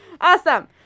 Awesome